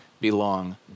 belong